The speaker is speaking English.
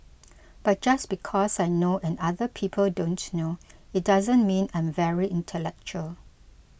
but just because I know and other people don't know it doesn't mean I'm very intellectual